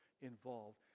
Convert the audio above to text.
involved